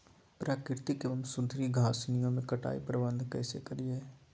प्राकृतिक एवं सुधरी घासनियों में कटाई प्रबन्ध कैसे करीये?